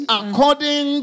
according